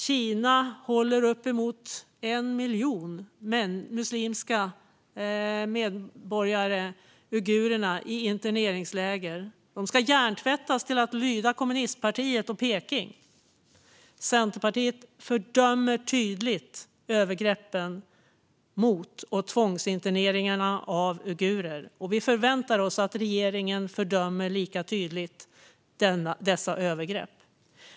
Kina håller uppemot 1 miljon av sina muslimska medborgare uigurerna i interneringsläger. De ska hjärntvättas till att lyda kommunistpartiet och Peking. Centerpartiet fördömer tydligt övergreppen mot och tvångsinterneringarna av uigurer, och vi förväntar oss att regeringen lika tydligt fördömer dessa övergrepp.